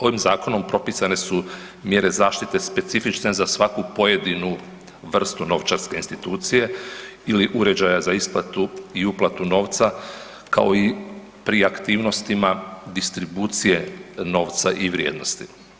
Ovim zakonom propisane su mjere zaštite specifične za svaku pojedinu vrstu novčarske institucije ili uređaja za isplatu i uplati novca kao i pri aktivnostima distribucije novca i vrijednosti.